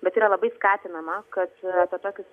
bet yra labai skatinama kad apie tokius